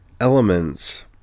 elements